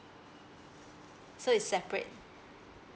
so it's separate